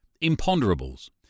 imponderables